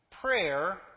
prayer